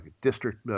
district –